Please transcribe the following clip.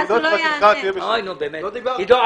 עידו,